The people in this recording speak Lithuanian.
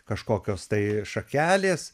kažkokios tai šakelės